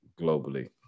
globally